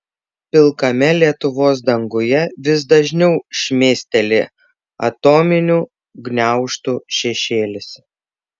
pilkame lietuvos danguje vis dažniau šmėsteli atominių gniaužtų šešėlis